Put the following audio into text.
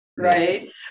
Right